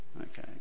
Okay